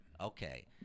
Okay